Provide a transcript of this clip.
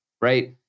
right